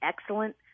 Excellent